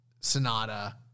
Sonata